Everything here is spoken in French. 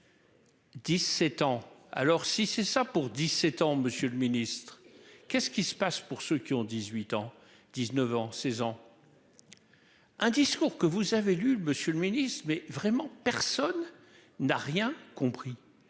17 ans. Alors si c'est ça pour 17 ans. Monsieur le Ministre, qu'est-ce qui se passe pour ceux qui ont 18 ans 19 ans 16 ans. Un discours que vous avez lu le Monsieur le Ministre, mais vraiment personne n'a rien compris